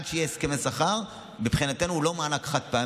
עד שיהיו הסכמי שכר מבחינתנו הוא לא חד-פעמי,